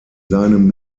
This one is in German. seinem